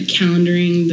calendaring